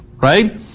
right